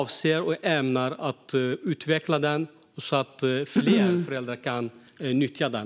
Vi ämnar utveckla den så att fler föräldrar kan nyttja den.